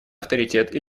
авторитет